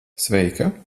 sveika